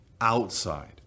outside